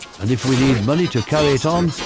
and if we need money to carry it on,